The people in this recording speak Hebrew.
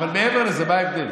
אבל מעבר לזה, מה ההבדל?